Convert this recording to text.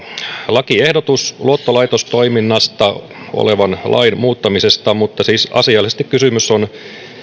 lakiehdotus luottolaitostoiminnasta olevan lain muuttamisesta mutta asiallisesti kysymys on